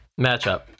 matchup